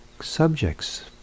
subjects